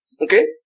Okay